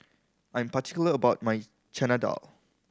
I'm particular about my Chana Dal